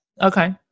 Okay